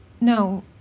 no